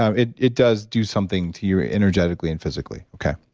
ah it it does do something to you energetically and physically. okay.